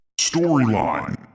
Storyline